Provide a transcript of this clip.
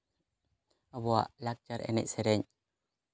ᱟᱵᱚᱣᱟᱜ ᱞᱟᱠᱪᱟᱨ ᱮᱱᱮᱡ ᱥᱮᱨᱮᱧ